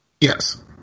Yes